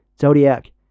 Zodiac